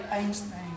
Einstein